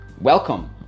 Welcome